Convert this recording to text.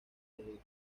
alrededor